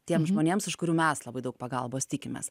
tiems žmonėms iš kurių mes labai daug pagalbos tikimės